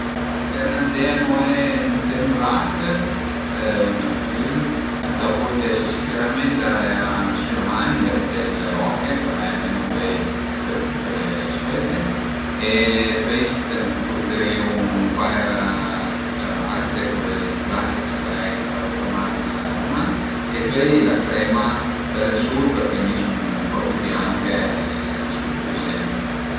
Per andé a nué ënt ün lach o ënt ün fiüm ëntà purtese sicürament darera ün süaman da büté s'le roche parei almenu pöi pöle süete e pöi purterìu ën paira d'ciabate cule li d'plastica parei faze pa mal a le man e pöi la crema për ël sul perché mi sun propi bianche riscu d'brüzeme